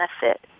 benefit